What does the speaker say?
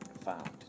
Found